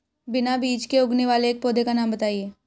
बिना बीज के उगने वाले एक पौधे का नाम बताइए